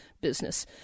business